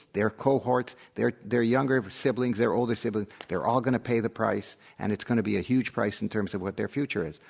their cohorts, their their younger siblings, their older siblings, they're all going to pay the price and it's going to be a huge price in terms of what their future is.